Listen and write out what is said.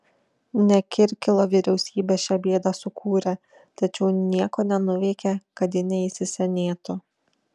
ne kirkilo vyriausybė šią bėdą sukūrė tačiau nieko nenuveikė kad ji neįsisenėtų